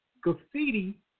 graffiti